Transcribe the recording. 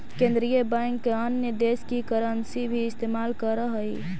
केन्द्रीय बैंक अन्य देश की करन्सी भी इस्तेमाल करअ हई